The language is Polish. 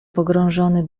pogrążony